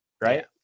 Right